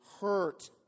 hurt